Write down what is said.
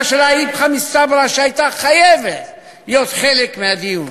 של האיפכא מסתברא שהייתה חייבת להיות חלק מהדיון?